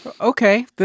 Okay